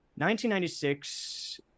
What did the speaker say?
1996